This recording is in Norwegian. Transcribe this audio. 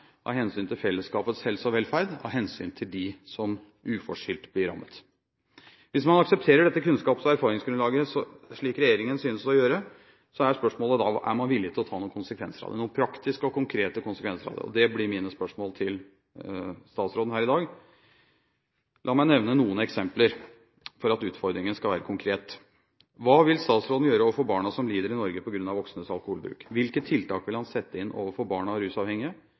av hensyn til fellesskapets helse og velferd, og av hensyn til dem som uforskyldt blir rammet. Hvis man aksepterer dette kunnskaps- og erfaringsgrunnlaget, slik regjeringen synes å gjøre, er spørsmålet: Er man villig til å ta konsekvensene av det – noen praktiske og konkrete konsekvenser? Det blir mitt spørsmål til statsråden her i dag. La meg nevne noen eksempler for at utfordringen skal være konkret: Hva vil statsråden gjøre overfor barna som lider i Norge på grunn av voksnes alkoholbruk? Hvilke tiltak vil han sette inn overfor barn av rusavhengige?